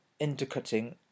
intercutting